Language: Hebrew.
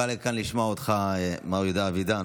בא לכאן לשמוע אותך מר יהודה אבידן,